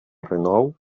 renou